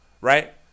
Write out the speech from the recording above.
right